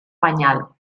penyal